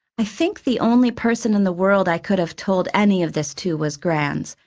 i think the only person in the world i could have told any of this to was grans,